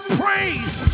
praise